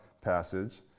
passage